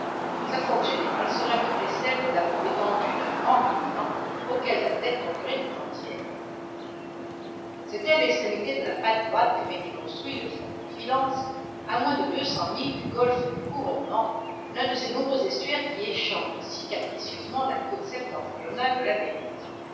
sa forme générale serait à peu près celle de la peau étendue d'un grand ruminant auquel la tête manquerait tout entière c'était à l'extrémité de la patte droite qu'avait été construit le fort confidence à moins de deux cent milles du golfe ducouronnement l'un de ces nombreux estuaires qui échancrent si capricieusement la côte septentrionale de l'amérique